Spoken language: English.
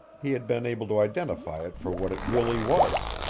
he had been able to identify it for what it really was